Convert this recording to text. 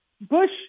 Bush